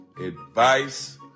advice